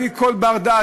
לפי כל בר-דעת,